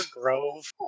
Grove